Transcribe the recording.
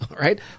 right